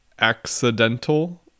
accidental